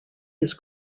his